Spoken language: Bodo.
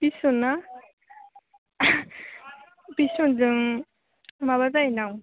बिस जन ना बिस जनजों माबा जायो दां